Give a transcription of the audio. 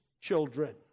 children